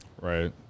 Right